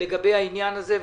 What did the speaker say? בעניין הזה,